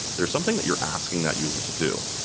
there's something that you're asking that user to do.